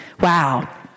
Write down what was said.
Wow